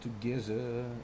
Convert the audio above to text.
together